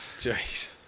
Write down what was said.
Jeez